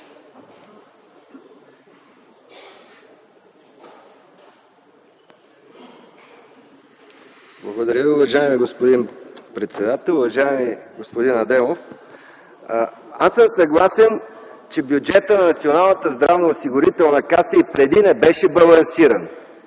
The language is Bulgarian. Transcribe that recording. Благодаря Ви, уважаеми господин председател. Уважаеми господин Адемов, съгласен съм, че бюджетът на Националната здравноосигурителна каса и преди не беше балансиран,